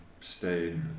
stay